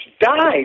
died